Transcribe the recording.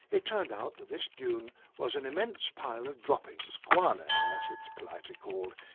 it turned out that this dune was an immense pile of droppings, guano as it's politely called,